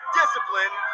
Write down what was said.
discipline